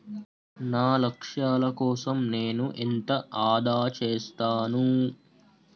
నా లక్ష్యాల కోసం నేను ఎంత ఆదా చేస్తాను?